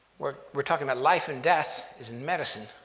we're we're talking about life and death is in medicine.